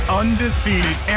undefeated